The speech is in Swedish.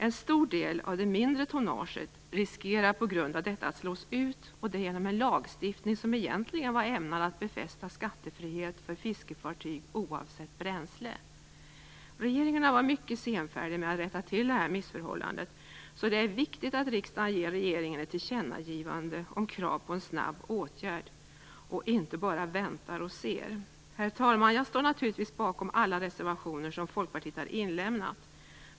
En stor del av det mindre tonnaget riskerar på grund av detta att slås ut, och det genom en lagstiftning som egentligen var ämnad att befästa skattefrihet för fiskefartyg oavsett bränsle. Regeringen har varit mycket senfärdig med att rätta till detta missförhållande, så det är viktigt att riksdagen ger regeringen ett tillkännagivande om krav på snabb åtgärd, och inte bara väntar och ser. Herr talman! Jag står naturligtvis bakom alla reservationer som Folkpartiet har lämnat in.